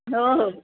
हो हो